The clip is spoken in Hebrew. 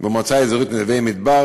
במועצה אזורית נווה-מדבר.